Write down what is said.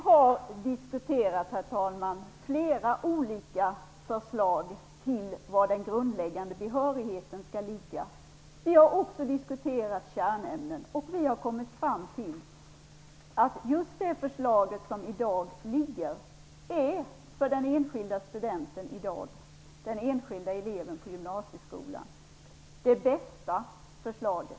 Herr talman! Vi har diskuterat flera olika förslag till var den grundläggande behörigheten skall ligga. Vi har också diskuterat kärnämnen. Vi har kommit fram till att just det förslag som i dag ligger är det för den enskilde studenten och den enskilde eleven på gymnasieskolan bästa förslaget.